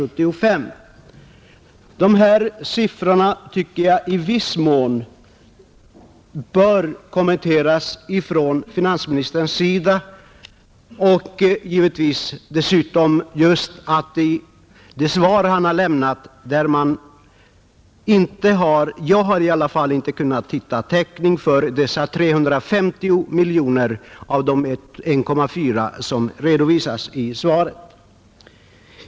Jag tycker att de här siffrorna i viss mån bör kommenteras av finansministern, särskilt som man inte — jag har i alla fall inte kunnat göra det — i interpellationssvaret kan hitta täckning för dessa 350 miljoner i de 1,4 miljarder som redovisas i svaret.